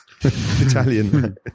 Italian